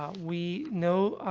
um we know, ah,